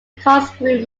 corkscrew